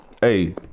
hey